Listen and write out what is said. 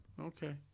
Okay